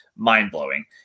mind-blowing